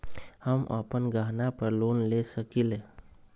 हम अपन गहना पर लोन ले सकील?